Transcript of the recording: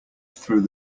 through